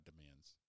demands